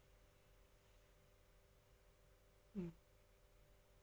hmm